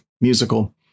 musical